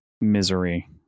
Misery